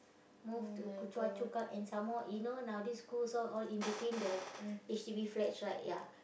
move to k~ Choa-Chu-Kang and some more you know nowadays schools all all between the H_D_B flats right ya